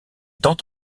tente